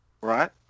Right